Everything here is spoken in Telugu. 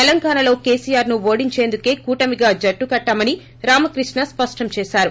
తెలంగాణలో కేసీఆర్ను ఓడించేందుకే కూటమిగా జట్టుకట్టామని రామకృష్ణ స్పష్టం చేశారు